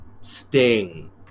Sting